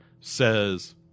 says